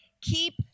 Keep